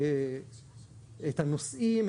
את הנוסעים,